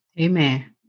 Amen